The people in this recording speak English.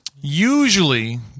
Usually